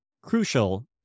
crucial